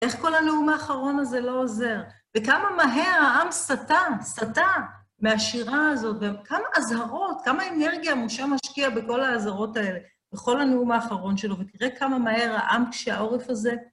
איך כל הנאום האחרון הזה לא עוזר? וכמה מהר העם סטה, סטה מהשירה הזאת, וכמה אזהרות, כמה אנרגיה, משה משקיע בכל האזהרות האלה, בכל הנאום האחרון שלו, ותראה כמה מהר העם כשהעורף הזה.